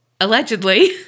Allegedly